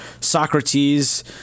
Socrates